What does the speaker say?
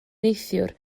neithiwr